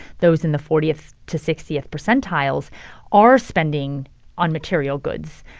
those in the fortieth to sixtieth percentiles are spending on material goods.